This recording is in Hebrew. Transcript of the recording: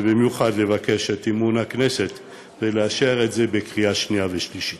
ובעיקר לבקש את אמון הכנסת ולאשר את זה בקריאה שנייה ושלישית.